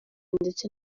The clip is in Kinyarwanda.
ndetse